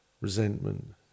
resentment